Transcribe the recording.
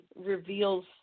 reveals